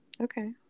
Okay